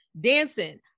Dancing